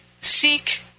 seek